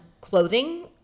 clothing